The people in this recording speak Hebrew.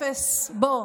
אפס, בוא,